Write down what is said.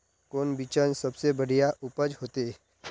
कौन बिचन सबसे बढ़िया उपज होते?